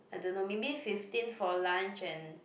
I don't know maybe fifteen for lunch and